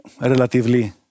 relatively